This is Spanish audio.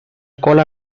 cola